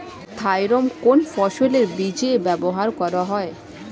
Thiram কোন ফসলের বীজে ব্যবহার করা হয়?